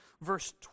verse